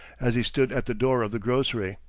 as he stood at the door of the grocery.